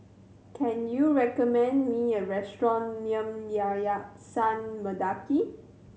can you recommend me a restaurant near Yayasan Mendaki